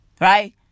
Right